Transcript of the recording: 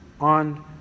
on